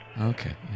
Okay